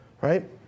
right